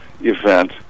event